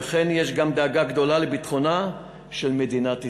וכן יש גם דאגה גדולה לביטחונה של מדינת ישראל,